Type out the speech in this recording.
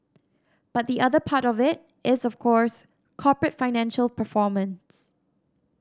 but the other part of it is of course corporate financial performance